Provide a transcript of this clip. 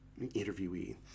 interviewee